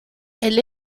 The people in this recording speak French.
elle